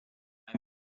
beim